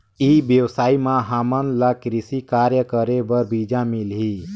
ई व्यवसाय म हामन ला कृषि कार्य करे बर बीजा मिलही?